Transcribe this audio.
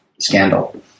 scandal